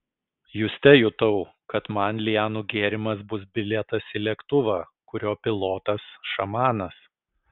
juste jutau kad man lianų gėrimas bus bilietas į lėktuvą kurio pilotas šamanas